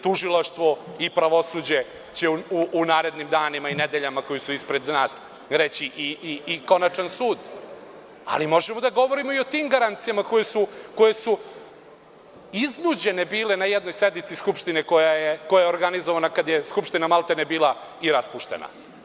Tužilaštvo i pravosuđe će u narednim danima i nedeljama koji su ispred nas reći i konačan sud, ali možemo da govorimo i o tim garancijama koje su bile iznuđene na jednoj sednici Skupštine, koja je organizovana kada je Skupština maltene bila i raspuštena.